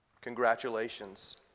Congratulations